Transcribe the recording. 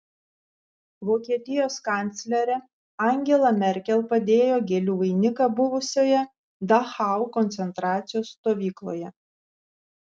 vokietijos kanclerė angela merkel padėjo gėlių vainiką buvusioje dachau koncentracijos stovykloje